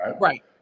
right